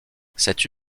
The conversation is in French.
cette